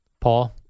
Paul